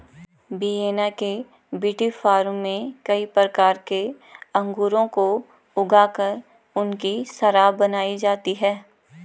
Vienna के विटीफार्म में कई प्रकार के अंगूरों को ऊगा कर उनकी शराब बनाई जाती है